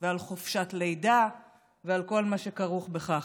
ועל חופשת לידה ועל כל מה שכרוך בכך.